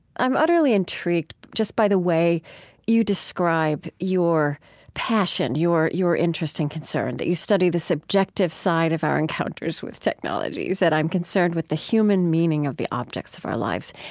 i'm utterly intrigued just by the way you describe your passion, your your interest and concern, that you study the subjective side of our encounters with technologies, that i'm concerned with the human meaning of the objects of our lives.